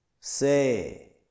Say